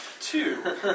two